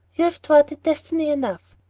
you've thwarted destiny enough.